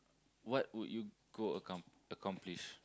what would you go accom~ accomplish